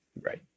Right